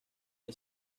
que